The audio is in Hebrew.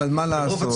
אבל מה לעשות,